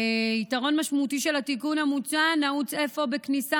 יתרון משמעותי של התיקון המוצע נעוץ אפוא בכניסה